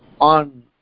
On